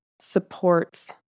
supports